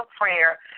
prayer